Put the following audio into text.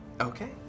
Okay